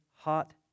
hot